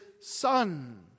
Son